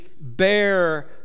bear